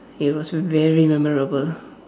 it was very memorable